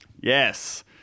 Yes